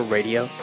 Radio